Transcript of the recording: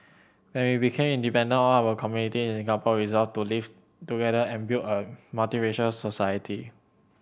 when we became independent all our community in Singapore resolved to live together and build a multiracial society